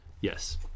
yes